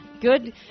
Good